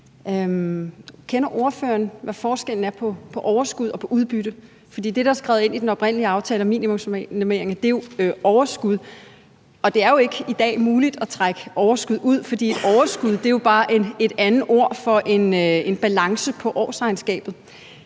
Kender ordføreren forskellen på overskud og udbytte? For det, der er skrevet ind i den oprindelige aftale om minimumsnormeringer, er jo overskud. Og det er jo i dag ikke muligt at trække overskuddet ud, for overskud er jo bare et andet ord for en balance på årsregnskabet.